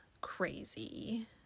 crazy